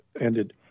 ended